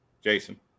Jason